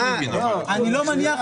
אני לא מניח,